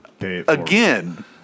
again